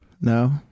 no